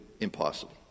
impossible